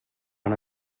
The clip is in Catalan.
han